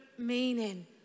meaning